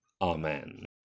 Amen